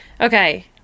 okay